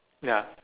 ya